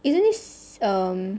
isn't this um